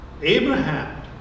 Abraham